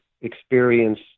experience